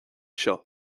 seo